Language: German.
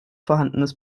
vorhandenes